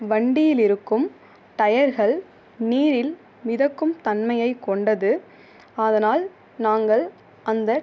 வண்டியில் இருக்கும் டயர்கள் நீரில் மிதக்கும் தன்மையைக் கொண்டது ஆதனால் நாங்கள் அந்த